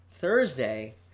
Thursday